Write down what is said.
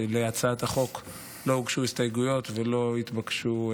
להצעת החוק לא הוגשו הסתייגויות ולא התבקשו,